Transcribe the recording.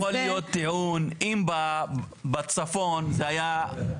היה יכול להיות טיעון אם בצפון זה היה אחרת.